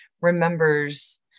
remembers